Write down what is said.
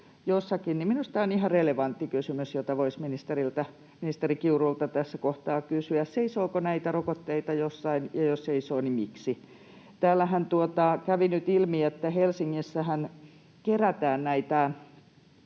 minusta on ihan relevantti kysymys, jota voisi ministeri Kiurulta tässä kohtaa kysyä: seisooko näitä rokotteita jossain, ja jos seisoo, niin miksi? Täällähän kävi nyt ilmi, että Helsingissähän kerätään näitä